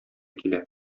килә